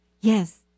Yes